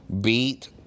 beat